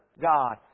God